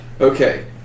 Okay